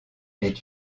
est